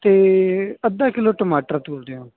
ਅਤੇ ਅੱਧਾ ਕਿੱਲੋ ਟਮਾਟਰ ਤੋਲ ਦਿਓ